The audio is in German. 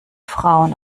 frauen